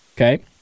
Okay